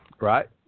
right